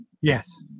Yes